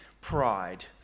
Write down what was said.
pride